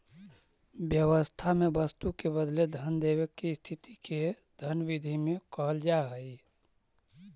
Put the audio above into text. व्यवस्था में वस्तु के बदले धन देवे के स्थिति के धन विधि में कहल जा हई